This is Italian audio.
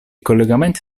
collegamenti